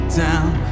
down